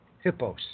hippos